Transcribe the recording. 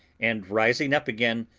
and rising up again,